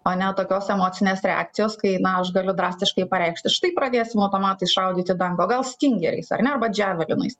o ne tokios emocinės reakcijos kai na aš galiu drastiškai pareikšti štai pradėsim automatais šaudyt į dangų o gal stingeriais ar ne arba džervalenais